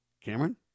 Cameron